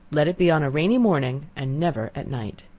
let it be on a rainy morning and never at night.